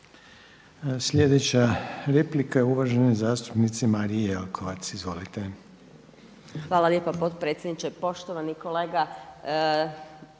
Sljedeća replika je uvažene zastupnice Marije Jelkovac. Izvolite. **Jelkovac, Marija (HDZ)** Hvala lijepa potpredsjedniče. Poštovani kolega,